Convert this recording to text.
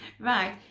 right